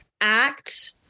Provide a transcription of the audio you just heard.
act